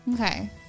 Okay